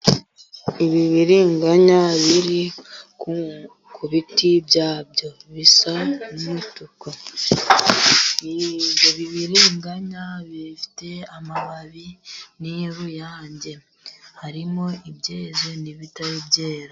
Ibibiringanya biri ku biti byabyo, bisa n'umutuku, ibibiringanya bifite amababi n'uruyange, harimo ibyeze n'ibitari byera.